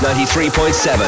93.7